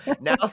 now